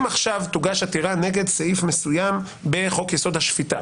אם עכשיו תוגש עתירה נגד סעיף מסוים בחוק יסוד: השפיטה,